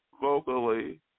Vocally